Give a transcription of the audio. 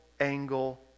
angle